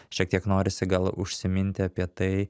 šiek tiek norisi gal užsiminti apie tai